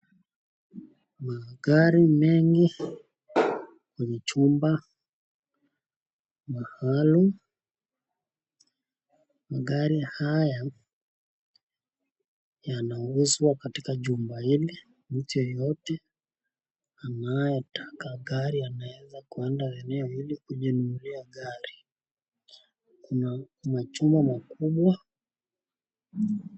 Magari mengi kwenye chumba maalum. Magari haya yanauzwa katika jumba hili. Mteja yeyote ambaye anataka gari anaweza kuenda hili kujinunulia gari. Kuna majumba makubwa.